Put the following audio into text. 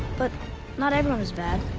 but not everyone is bad.